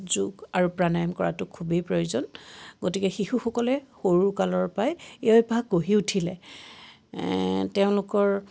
যোগ আৰু প্ৰাণায়ম কৰাতো খুবেই প্ৰয়োজন গতিকে শিশুসকলে সৰু কালৰ পৰাই এই অভ্যাস গঢ়ি উঠিলে তেওঁলোকৰ